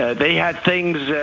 ah they had things,